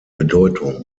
bedeutung